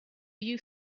you